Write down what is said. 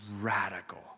radical